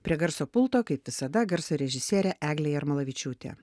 prie garso pulto kaip visada garso režisierė eglė jarmalavičiūtė